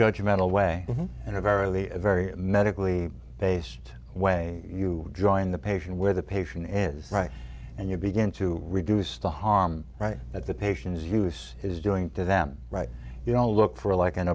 judgmental way and a very very medically based way you join the patient where the patient is right and you begin to reduce the harm right that the patients use is doing to them right you know look for like an